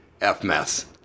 F-Mess